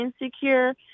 insecure